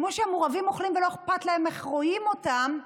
כמו שמורעבים אוכלים ולא אכפת להם איך רואים אותם,